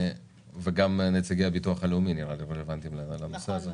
וגם נציגי הביטוח הלאומי נראה לי רלוונטיים לנושא הזה.